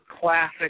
classic